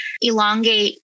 elongate